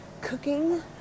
cooking